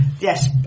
yes